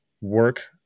work